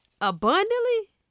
abundantly